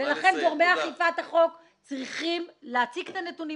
-- ולכן גורמי אכיפת החוק צריכים להציג את הנתונים